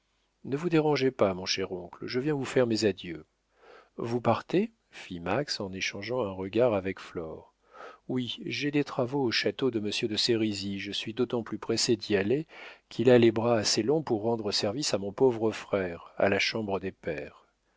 ne vous dérangez pas mon cher oncle je viens vous faire mes adieux vous partez fit max en échangeant un regard avec flore oui j'ai des travaux au château de monsieur de sérizy je suis d'autant plus pressé d'y aller qu'il a les bras assez longs pour rendre service à mon pauvre frère à la chambre des pairs